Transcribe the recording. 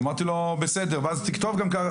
אמרתי לו בסדר ואז תכתוב גם ככה,